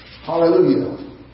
Hallelujah